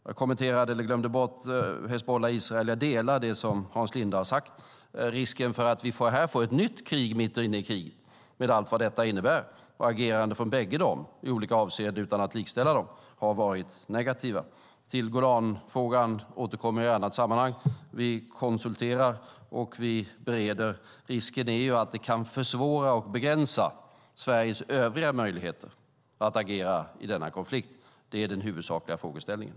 Jag glömde bort att kommentera Hizbullah och Israel. Jag delar det som Hans Linde har sagt. Risken för att vi här får ett nytt krig mitt inne i kriget med allt vad detta innebär, och agerandet från de bägge i olika avseenden, utan att likställa dem, har varit negativt. Till Golanfrågan återkommer jag i annat sammanhang. Vi konsulterar och bereder. Risken är att det kan försvåra och begränsa Sveriges övriga möjligheter att agera i denna konflikt. Det är den huvudsakliga frågeställningen.